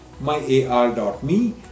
myar.me